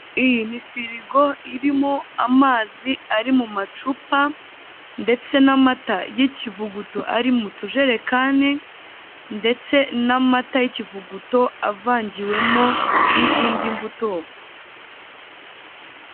Iyi ni firigo irimo amazi ari mu macupa, ndetse n'amata y'ikivuguto ari mu tujerekani, ndetse n'amata y'ikivuguto avangiwemo n'izindi mbuto.